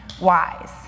wise